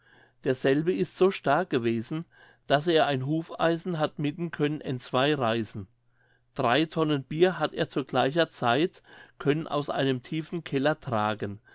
derselbe ist so stark gewesen daß er ein hufeisen hat mitten können entzwei reißen drei tonnen bier hat er zu gleicher zeit können aus einem tiefen keller tragen